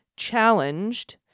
challenged